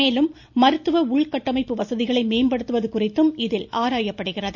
மேலும் மருத்துவ உள்கட்டமைப்பு வசதிகளை மேம்படுத்துவது குறித்தும் இதில் ஆராயப்படுகிறது